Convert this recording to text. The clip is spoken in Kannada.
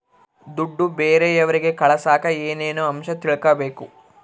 ದುಡ್ಡು ಬೇರೆಯವರಿಗೆ ಕಳಸಾಕ ಏನೇನು ಅಂಶ ತಿಳಕಬೇಕು?